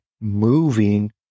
moving